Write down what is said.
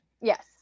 Yes